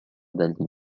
dalí